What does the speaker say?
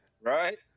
Right